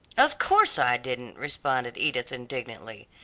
of course, i didn't, responded edith, indignantly,